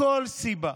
מכל סיבה: